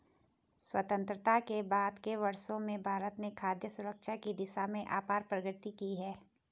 स्वतंत्रता के बाद के वर्षों में भारत ने खाद्य सुरक्षा की दिशा में अपार प्रगति की है